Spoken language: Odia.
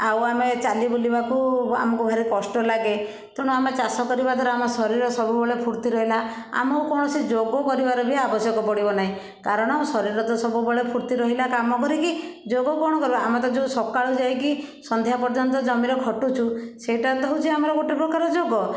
ଆଉ ଆମେ ଚାଲି ବୁଲିବାକୁ ଆମକୁ ଭାରି କଷ୍ଟ ଲାଗେ ତେଣୁ ଆମେ ଚାଷ କରିବା ଦ୍ୱାରା ଆମ ଶରୀର ସବୁବେଳେ ଫୁର୍ତ୍ତି ରହିଲା ଆମ କୌଣସି ଯୋଗ କରିବାର ହିଁ ଆବଶ୍ୟକ ପଡ଼ିବ ନାହିଁ କାରଣ ଶରୀର ତ ସବୁବେଳେ ଫୁର୍ତ୍ତି ରହିଲା କାମ କରିକି ଯୋଗ କ'ଣ କରିବ ଆମେ ତ ଯେଉଁ ସକାଳୁ ଯାଇକି ସନ୍ଧ୍ୟା ପର୍ଯ୍ୟନ୍ତ ଜମିରେ ଖଟୁଛୁ ସେଇଟା ତ ହେଉଛି ଆମର ଗୋଟେ ପ୍ରକାର ଯୋଗ